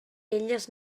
elles